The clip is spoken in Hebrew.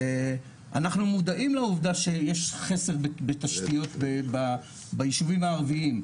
אנחנו מודעים לעובדה שיש חסר בתשתיות בישובים הערביים,